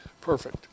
perfect